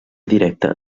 directa